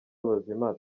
abazima